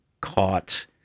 caught